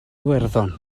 iwerddon